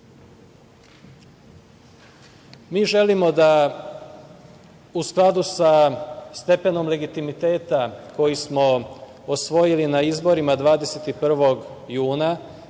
želimo da u skladu sa stepenom legitimiteta koji smo osvojili na izborima 21. juna